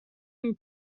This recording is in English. him